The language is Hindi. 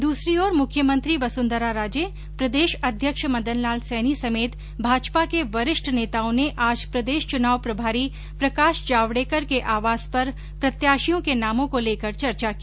दूसरी ओर मुख्यमंत्री वसुंधरा राजे प्रदेश अध्यक्ष मदन लाल सैनी समेत भाजपा के वरिष्ठ नेताओं ने आज प्रदेश चुनाव प्रभारी प्रकाश जावडेकर के आवास पर प्रत्याशियों के नामों को लेकर चर्चा की